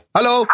Hello